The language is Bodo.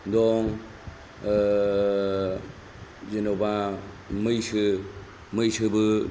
दं जेनेबा मैसो मैसोबो